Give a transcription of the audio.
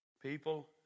People